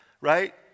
right